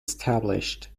established